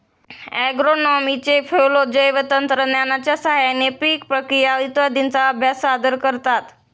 ॲग्रोनॉमीचे फेलो जैवतंत्रज्ञानाच्या साहाय्याने पीक प्रक्रिया इत्यादींचा अभ्यास सादर करतात